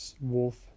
wolf